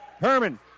Herman